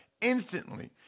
instantly